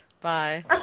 Bye